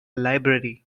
library